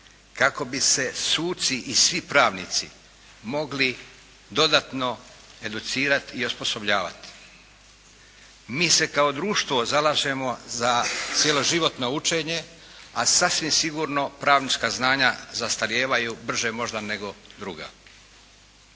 kako bi se suci i svi pravnici mogli dodatno educirati i osposobljavati. Mi se kao društvo zalažemo za cjeloživotno učenje, a sasvim sigurno pravnička znanja zastarijevaju brže možda nego druga.